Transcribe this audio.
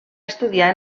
estudiar